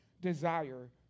desire